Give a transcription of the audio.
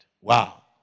Wow